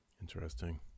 Interesting